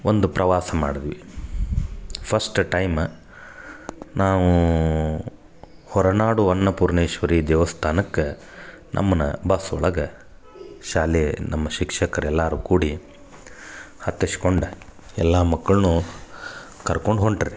ಒಂದು ಪ್ರವಾಸ ಮಾಡದ್ವಿ ಫಸ್ಟ್ ಟೈಮ ನಾವು ಹೊರ್ನಾಡು ಅನ್ನಪೂರ್ಣೇಶ್ವರಿ ದೇವಸ್ಥಾನಕ್ಕ ನಮ್ಮನ್ನ ಬಸ್ ಒಳಗೆ ಶಾಲೆ ನಮ್ಮ ಶಿಕ್ಷಕರೆಲ್ಲಾರು ಕೂಡಿ ಹತ್ತಿಸ್ಕೊಂಡ ಎಲ್ಲ ಮಕ್ಕಳನ್ನು ಕರ್ಕೊಂಡು ಹೊಂಟ್ ರೀ